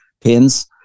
pins